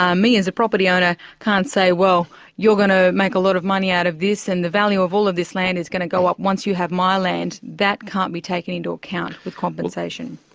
um me as a property owner, can't say well, you're going to make a lot of money out of this and the value of all of this land is going to go up once you have my land. that can't be taken into account for compensation?